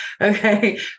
Okay